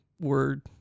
word